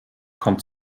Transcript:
kommt